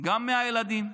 גם מהילדים,